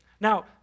Now